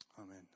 Amen